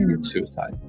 suicide